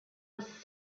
was